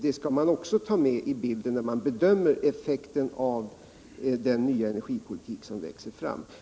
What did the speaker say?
Det skall man också ta med i bilden när man bedömer effekten av den nya energipolitik som växer fram.